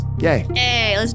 Yay